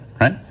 right